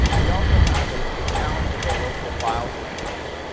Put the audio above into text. we also had the the challenge of their local file systems,